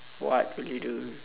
what would you do